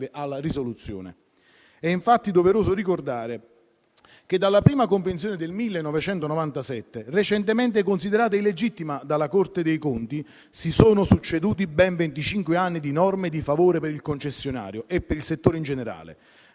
alla risoluzione. È infatti doveroso ricordare che dalla prima convenzione del 1997, recentemente considerata illegittima dalla Corte dei conti, si sono succeduti ben venticinque anni di norme di favore per il concessionario e per il settore in generale,